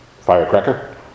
firecracker